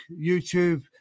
YouTube